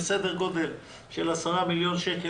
סדר גודל של עשרה מיליון שקל,